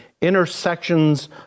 intersections